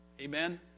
Amen